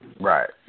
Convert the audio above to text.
right